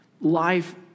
life